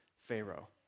Pharaoh